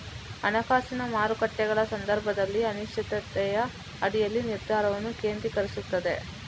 ಹಣಕಾಸಿನ ಮಾರುಕಟ್ಟೆಗಳ ಸಂದರ್ಭದಲ್ಲಿ ಅನಿಶ್ಚಿತತೆಯ ಅಡಿಯಲ್ಲಿ ನಿರ್ಧಾರವನ್ನು ಕೇಂದ್ರೀಕರಿಸುತ್ತದೆ